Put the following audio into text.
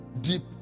deep